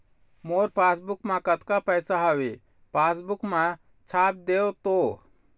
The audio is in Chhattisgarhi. मोर पासबुक मा कतका पैसा हवे पासबुक मा छाप देव तो?